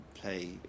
play